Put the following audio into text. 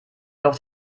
noch